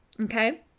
Okay